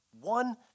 One